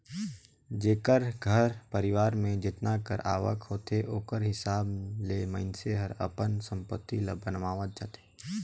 जेकर घर परिवार में जेतना कर आवक होथे ओकर हिसाब ले मइनसे हर अपन संपत्ति ल बनावत जाथे